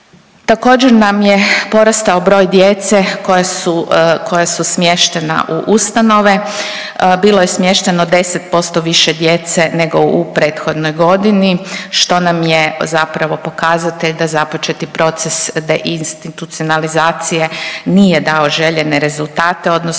također nam je porastao broj djece koja su smještena u ustanove. Bilo je smješteno 10% više djece nego u prethodnoj godini što nam je zapravo pokazatelj da započeti proces deinstitucionalizacije nije dao željene rezultate odnosno